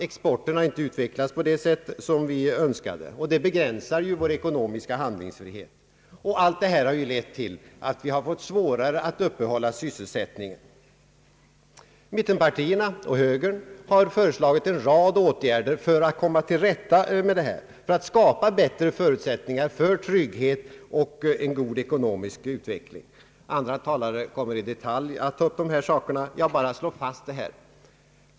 Exportien har inte utvecklats på det sätt som vi önskade, något som begränsar vår ekonomiska handlingsfrihet. Allt detta har lett till att vi har fått svårare att uppehålla sysselsättningen. Mittenpartierna och högern har föreslagit en rad åtgärder för att komma till rätta med detta, för att skapa bättre förutsättningar för trygghet och en god ekonomisk utveckling. Andra talare kommer i detalj att ta upp dessa saker, som jag nu här vill slå fast.